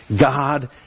God